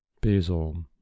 Basil